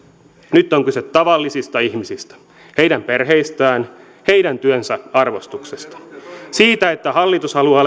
nyt on kyse tavallisista ihmisistä heidän perheistään heidän työnsä arvostuksesta siitä että hallitus haluaa